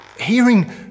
hearing